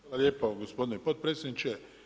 Hvala lijepo gospodine potpredsjedniče.